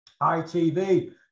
ITV